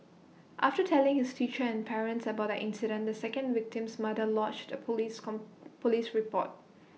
after telling his teacher and parents about the incident the second victim's mother lodged A Police Police report